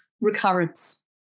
recurrence